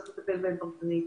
צריך לטפל בהם פרטנית